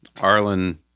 Arlen